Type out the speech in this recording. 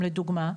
לדוגמא,